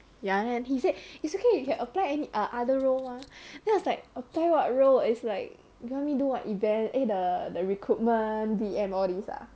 ya and then he said it's okay you can apply err other role mah then I was like apply what role is like you want me to do what event eh the the recruitment V_M all these ah